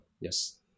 Yes